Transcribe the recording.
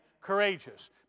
courageous